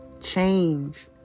change